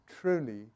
truly